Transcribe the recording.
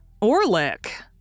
Orlick